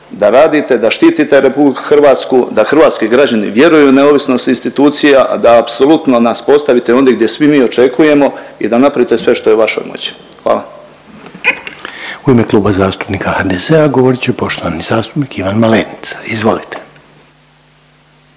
da radite, da štitite RH, da hrvatski građani vjeruju u neovisnost institucija, a da apsolutno nas postavite ondje gdje svi mi očekujemo i da napravite sve što je u vašoj moći, hvala. **Reiner, Željko (HDZ)** U ime Kluba zastupnika HDZ-a govorit će poštovani zastupnik Ivan Malenica, izvolite.